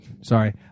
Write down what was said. Sorry